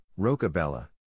Rocabella